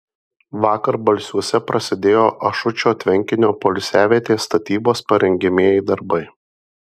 vakar balsiuose prasidėjo ašučio tvenkinio poilsiavietės statybos parengiamieji darbai